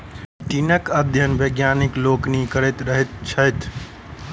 काइटीनक अध्ययन वैज्ञानिक लोकनि करैत रहैत छथि